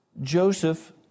Joseph